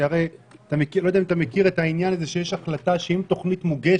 אני לא יודע אם אתה מכיר את העניין הזה שיש החלטה שאם תוכנית מוגשת